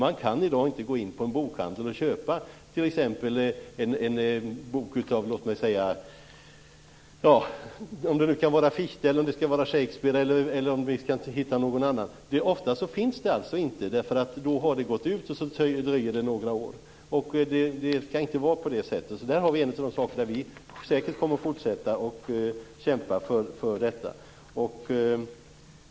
Man kan i dag inte gå in i en bokhandel och köpa en bok av t.ex. Fichte eller Shakespeare. Ofta finns de inte. Det skall inte vara på det sättet. Det är en av de saker som vi säkert får fortsätta att kämpa för.